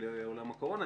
במקום לעלות,